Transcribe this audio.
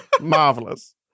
Marvelous